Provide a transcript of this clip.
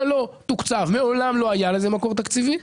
זה לא תוקצב, מעולם לא היה לזה מקור תקציבי,